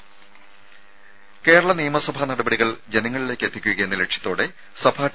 രുമ കേരള നിയമസഭാ നടപടികൾ ജനങ്ങളിലേക്കെത്തിക്കുക എന്ന ലക്ഷ്യത്തോടെ സഭാ ടി